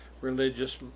religious